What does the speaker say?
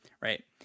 right